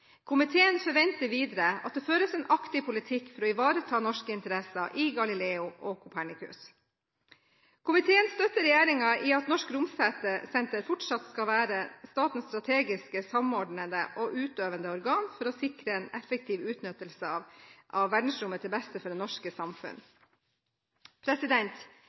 Komiteen forventer videre at det føres en aktiv politikk for å ivareta norske interesser i Galileo og Copernicus. Komiteen støtter regjeringen i at Norsk Romsenter fortsatt skal være statens strategiske, samordnende og utøvende organ for å sikre en effektiv utnyttelse av verdensrommet, til beste for det norske samfunn.